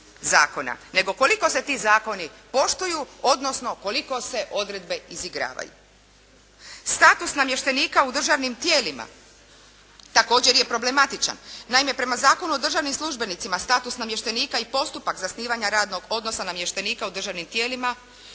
nego koliko se ti zakoni poštuju, odnosno koliko se odredbe izigravaju. Status namještenika u državnim tijelima također je problematičan. Naime, prema Zakonu o državnim službenicima status namještenika i postupak zasnivanja radnog odnosa namještenika u državnim tijelima